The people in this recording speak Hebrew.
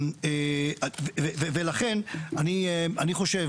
ולכן אני חושב